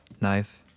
knife